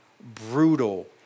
brutal